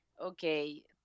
Okay